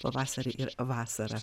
pavasarį ir vasarą